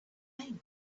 name